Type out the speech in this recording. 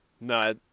No